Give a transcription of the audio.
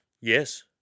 yes